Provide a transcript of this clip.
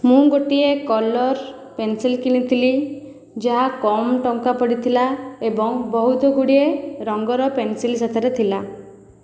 ମୁଁ ଗୋଟିଏ colour pencil କିଣିଥିଲି ଯାହା କମ୍ ଟଙ୍କା ପଡ଼ିଥିଲା ଏବଂ ବହୁତ ଗୁଡ଼ିଏ ରଙ୍ଗର ପେନସିଲ ସେଥିରେ ଥିଲା